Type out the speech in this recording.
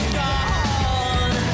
gone